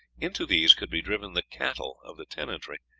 into these could be driven the cattle of the tenantry,